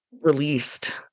released